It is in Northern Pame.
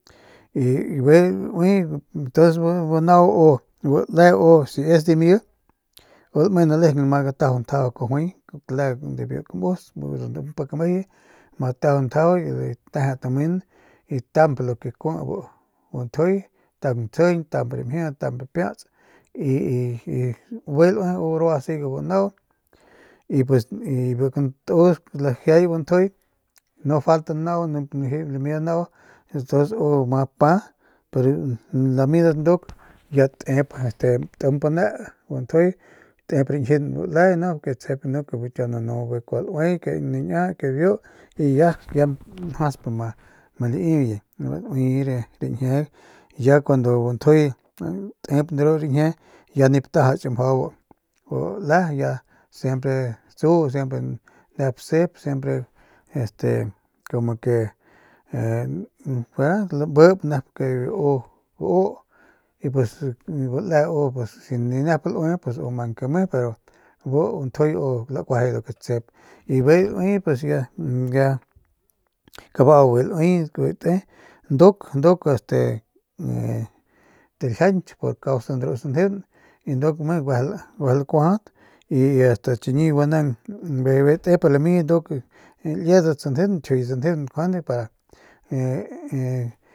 Y bijiy lauiye ntuns bu nau bu le u si es dimi u lame ke nalejeng ma~ gatajau ntjajau kajuay cle de biu kamus biu pik amejuye ama jatajau ntjajau ma gateje tamen y ntamp lo ke kui bu ntjuy taung ntsjijiñ tamp ramjiit tamp piats y y bijiy laui u rua u siga bu nau y pues bu katus lajiay bu ntjuy no falta nau lami nau ntu~ns u ma pa pero lamidat nduk ya timp ne bu ntjuy tep rañjiun bu le no pues kiau nanu bijiy kua laui ke niña ke nibiu y ya njasp ma laiiuye lauiye rañjin ya kuandu bu ntjuy tep de ru rañjie ya nip tajach mjau bu le ya siempre tsu siempre nep sep siempre este como que lami nep lu ke u y pues si bu le u si ni nep laui pues u mang ke me pero bu ntjuy u lakuajay ru nep tsjep y bijiy lauiye pues ya pues ya kabau bijiy laiye bijiy te nduk nduk este taljiañky por causa de ru sanjeun y nduk me guejel kuajadat ast chiñi gua nang bijiy te pero limidat nduk liedat sanjeunat njuande pa y.